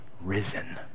risen